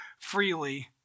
freely